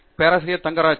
பேராசிரியர் அருண் கே